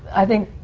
i think,